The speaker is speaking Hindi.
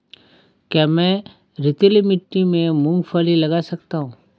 क्या मैं रेतीली मिट्टी में मूँगफली लगा सकता हूँ?